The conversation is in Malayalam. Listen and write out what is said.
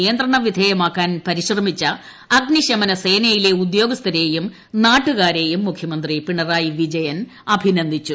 നിയന്ത്രണ വിധേയമാക്കാൻ പരിശ്രമിച്ച അഗ്നിശമന തീ സേനയിലെ ഉദ്യോഗസ്ഥരെയും നാട്ടുകാരെയും മുഖ്യമന്ത്രി പിണറായി വിജയൻ അഭിനന്ദിച്ചു